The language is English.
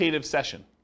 session